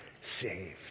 saved